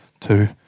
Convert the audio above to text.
two